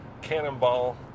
cannonball